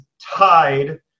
tied